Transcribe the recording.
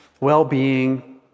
well-being